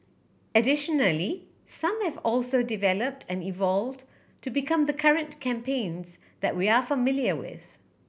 additionally some have also developed and evolved to become the current campaigns that we are familiar with